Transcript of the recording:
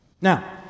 Now